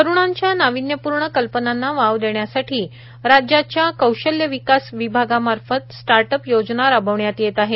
तरुणांच्या नाविन्यपूर्ण कल्पनांना वाव देण्यासाठी राज्याच्या कौशल्य विकास विभागामार्फत स्टार्टअप योजना राबविण्यात येत आहे